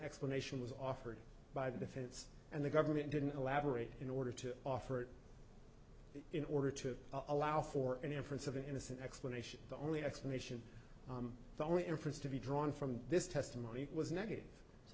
explanation was offered by the defense and the government didn't elaborate in order to offer it in order to allow for an inference of an innocent explanation the only explanation the inference to be drawn from this testimony was negative